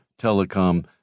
telecom